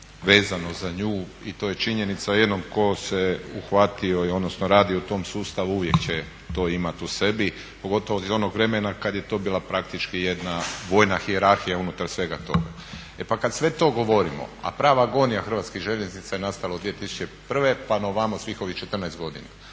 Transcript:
vezano za nju i to je činjenica. Jednom tko se uhvatio odnosno radio u tom sustavu uvijek će to imati u sebi, pogotovo iz onog vremena kada je to bila praktički jedna vojna hijerarhija unutar svega toga. E pa kada sve to govorimo, a prava agonija HŽ-a je nastala od 2001. pa na ovamo svih ovih 14 godina,